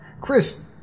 Chris